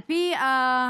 על פי ההערכות